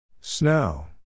Snow